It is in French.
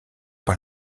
par